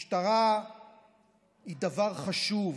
משטרה היא דבר חשוב,